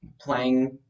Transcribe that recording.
playing